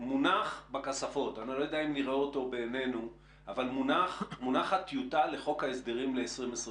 מונחת בכספות טיוטה לחוק ההסדרים ל-2021.